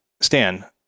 Stan